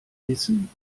wissen